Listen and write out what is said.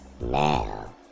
now